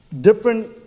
different